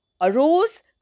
arose